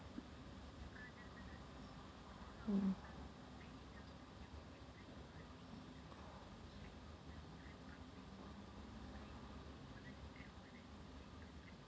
hmm